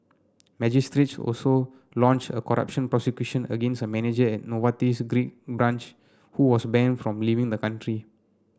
magistrates also launched a corruption prosecution against a manager at Novartis's Greek branch who was banned from leaving the country